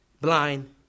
blind